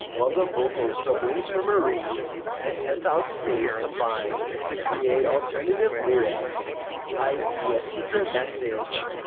while the vocals from wings for marie and ten thousand days combine to create alternative lyrics i e. a secret message.